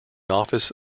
office